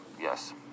Yes